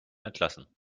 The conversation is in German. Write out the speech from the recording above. entlassen